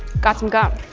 got some gum.